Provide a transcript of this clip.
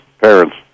parents